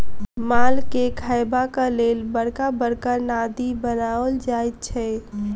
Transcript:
मालके खयबाक लेल बड़का बड़का नादि बनाओल जाइत छै